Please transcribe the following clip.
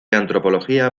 antropología